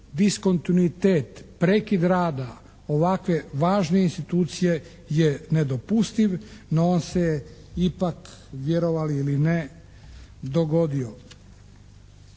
diskontinuitet, prekid rada ovakve važne institucije je nedopustiv, no on se ipak, vjerovali ili ne dogodio.